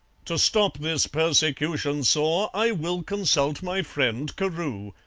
to stop this persecution sore i will consult my friend carew.